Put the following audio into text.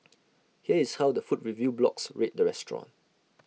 here is how the food review blogs rate the restaurant